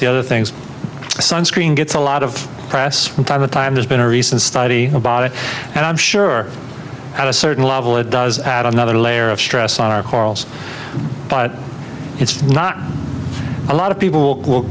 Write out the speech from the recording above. the other things sunscreen gets a lot of press from time to time there's been a recent study about it and i'm sure at a certain level it does add another layer of stress on our corals but it's not a lot of people will